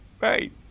Right